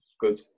Good